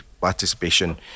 Participation